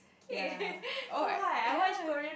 ya oh I ya